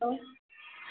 hello